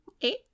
Eight